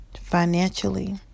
financially